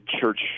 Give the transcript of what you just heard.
church